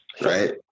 right